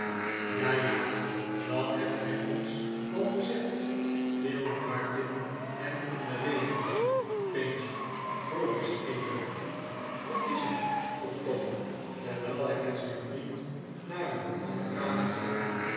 ja f ja r dat hebt gij ons al gezegd viel martin hem in de rede m pinch hoor eens even wat is er vrdeg tom terwijl hij met zijn vriend naar een hoek van de kamer ging